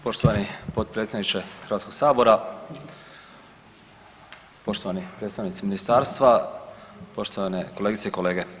Poštovani potpredsjedniče Hrvatskog sabora, poštovani predstavnici ministarstva, poštovane kolegice i kolege.